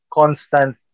constant